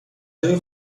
جایی